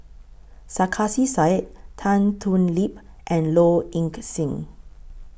Sarkasi Said Tan Thoon Lip and Low Ing Sing